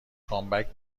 کامبک